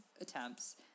attempts